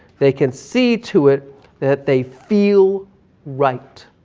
they can see to it that they feel right.